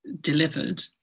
delivered